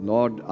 Lord